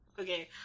okay